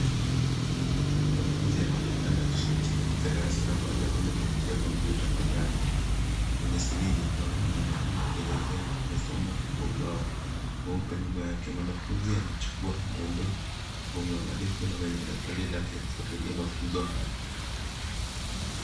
Mwanafunzi anaoenekana akishiriki katika darasa la mtandaoni kupitia kompyuta pajani. Kwenye skirini, mwalimu anaoenekana akielezea masomo kwa ubao mweupe nyuma yake. Mwanafunzi anachukua dondoo kwa uangalifu kwenye daftari lake akifuatilia hayo.